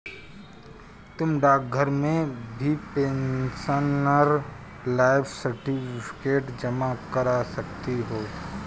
तुम डाकघर में भी पेंशनर लाइफ सर्टिफिकेट जमा करा सकती हो